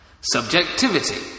Subjectivity